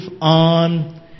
on